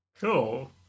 Cool